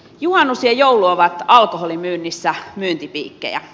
juhannus ja joulu ovat alkoholin myynnissä myyntipiikkejä